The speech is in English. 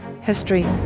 history